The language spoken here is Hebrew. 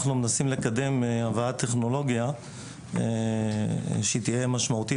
אנחנו מנסים לקדם הבאת טכנולוגיה שתהיה משמעותית